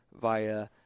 via